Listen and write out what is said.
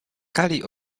kali